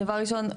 דבר ראשון,